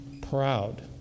proud